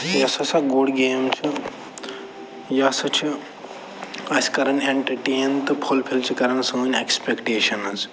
یُس ہَسا good game چھِ یہِ ہسا چھِ اَسہِ کَران اٮ۪نٛٹَٹین تہٕ فُلفِل چھِ کَران سٲنۍ اٮ۪کٕسپٮ۪کٹیشَنٕز